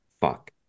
Fuck